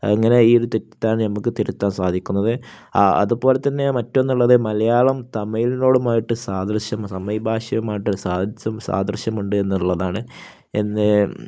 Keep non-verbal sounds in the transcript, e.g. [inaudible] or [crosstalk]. അങ്ങനെ ഈ ഒരു തെറ്റിദ്ധാരണ നമുക്കു തിരുത്താൻ സാധിക്കുന്നത് അതുപോലെ തന്നെ മറ്റൊന്നുള്ളത് മലയാളം തമിഴിനോടുമായിട്ടു സാദൃശം [unintelligible] ഭാഷയുമായിട്ട് സാദൃശ്യമുണ്ട് എന്നുള്ളതാണ് എന്ന്